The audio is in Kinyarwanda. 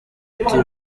ati